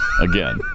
Again